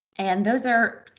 and those are,